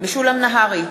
משולם נהרי,